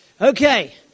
Okay